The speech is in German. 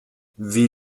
wie